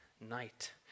night